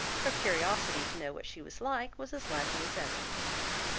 her curiosity to know what she was like, was as lively as ever.